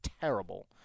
terrible